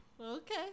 okay